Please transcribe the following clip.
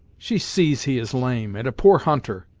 she sees he is lame, and a poor hunter,